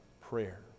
prayer